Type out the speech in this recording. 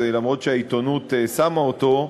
אף שהעיתונות שמה אותו,